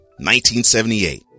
1978